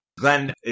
Glenn